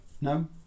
no